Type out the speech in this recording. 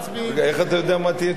רגע, איך אתה יודע מה תהיה תשובתי?